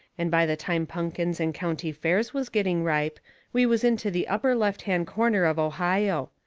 and by the time punkins and county fairs was getting ripe we was into the upper left-hand corner of ohio.